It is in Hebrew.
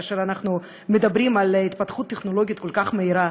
כאשר אנחנו מדברים על התפתחות טכנולוגית כל כך מהירה,